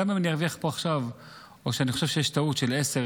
גם אם ארוויח פה עכשיו או שאני חושב שיש פה טעות של 10,000,